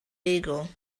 eagle